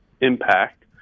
impact